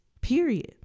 Period